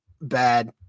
bad